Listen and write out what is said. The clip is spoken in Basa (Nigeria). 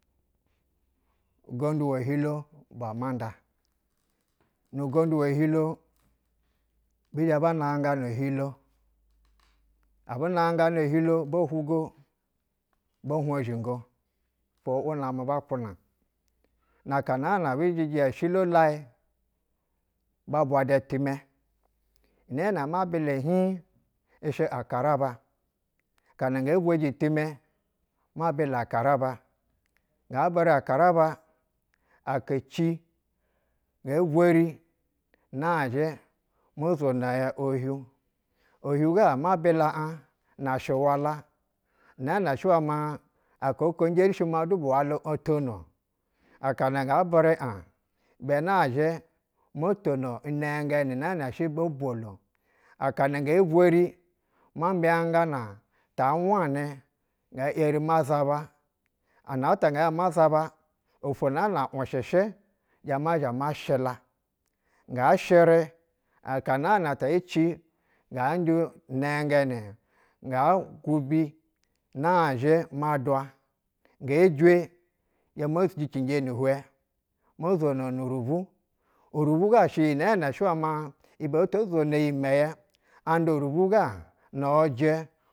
Ugondu wo hilo ubwa amanda. Nu gondu wo hilo bizhɛ ba nangana chilo, abu nanganɛ chilo bo hugo bo hwugo bo hwo zhingo’wu’wu namɛ bakwuna. Na ka naa na ebi zhiji oshilo layɛ, ba bwada itimɛ nɛɛnɛ awabila hih, ishɛ akaraba. Akana ngee bweji itimɛ ma bila akaraba ngaa bɛrɛ akaraba, aka ci ngɛ vwɛr nazhɛ mo zwono ya ohiu. Ohiu gama bila ab na shi wala naana shɛ wɛ ma aka oko nerish, du maa ho obtonu-o akana nga bɛrɛ ah ibɛ nazhɛ moto inɛnɛgɛni nɛɛnɛ shɛ ohio vwolo, aka na ngee vweri ma mbiya ngana taa bwanɛ ngɛɛ eri ma zaba ana ta mɛzhɛ ma zaba ofwo ngana wushɛshɛ zhɛ mazha ma shila, nga shɛrɛ aka naa na te ci nga njɛ ineengɛnɛ nga gubi nazhɛ ma dwa, ngee jwe nzhɛ me jicinje ni hwɛ mo zwoho nu rubu. Urubu ga shɛ iyi nɛɛnɛ shɛ uwɛ ma ibɛ to zwono iyinɛyɛ. anda urubu ga nu ujɛ